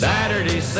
Saturday